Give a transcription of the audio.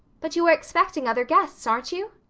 but you are expecting other guests, aren't you?